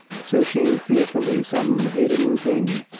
searching fearfully some hidden thing.